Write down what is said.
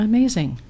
Amazing